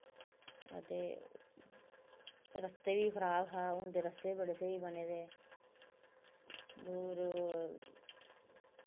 ते रस्ते बी खराब हे हून ते रस्ता बी स्हेई बने दा दूर